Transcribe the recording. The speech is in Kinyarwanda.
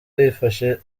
bifashe